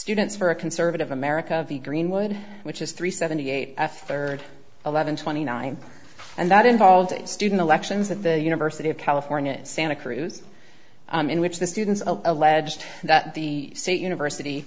students for a conservative america of the greenwood which is three seventy eight a third eleven twenty nine and that involved student elections at the university of california at santa cruz in which the students alleged that the state university